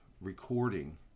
recording